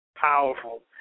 Powerful